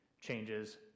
changes